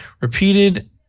repeated